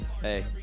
Hey